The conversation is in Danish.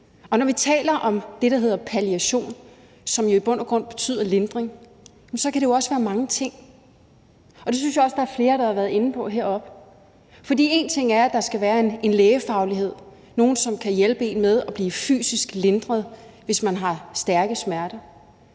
Og når vi taler om det, der hedder palliation, som i bund og grund betyder lindring, kan det jo også være mange ting, og det synes jeg også der er flere der har været inde på heroppefra. For én ting er, at der skal være en lægefaglighed, nogle, som kan hjælpe en med at blive fysisk lindret, hvis man har stærke smerter,